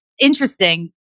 interesting